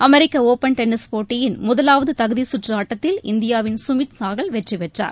அமெரிக்க open tennis போட்டியின் முதலாவது தகுதி சுற்று ஆட்டத்தில் இந்தியாவின் சுமித் நாகல் வெற்றி பெற்றார்